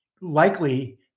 likely